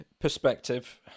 perspective